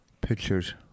pictures